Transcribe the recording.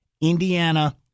Indiana